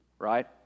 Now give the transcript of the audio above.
Right